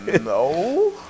No